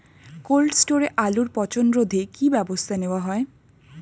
Cold স্টোরে আলুর পচন রোধে কি ব্যবস্থা নেওয়া হয়?